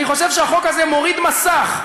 אני חושב שהחוק הזה מוריד מסך,